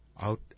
out